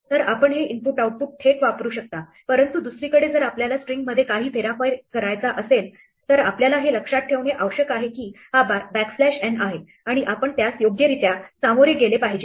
तर आपण हे इनपुट आउटपुट थेट वापरू शकता परंतु दुसरीकडे जर आपल्याला स्ट्रिंगमध्ये काही फेरफार करायचा असेल तर आपल्याला हे लक्षात ठेवणे आवश्यक आहे की हा बॅकस्लॅश n आहे आणि आपण त्यास योग्यरित्या सामोरे गेले पाहिजे